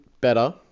better